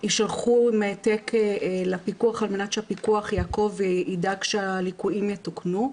יישלחו עם העתק לפיקוח על מנת שהפיקוח יעקוב וידאג שהליקויים יתוקנו,